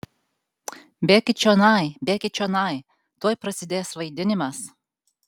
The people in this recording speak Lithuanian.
bėkit čionai bėkit čionai tuoj prasidės vaidinimas